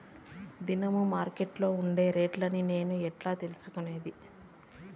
దినము మార్కెట్లో ఉండే రేట్లని నేను ఎట్లా తెలుసుకునేది?